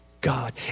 God